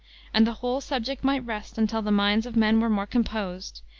and the whole subject might rest until the minds of men were more composed,